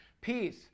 Peace